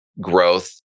growth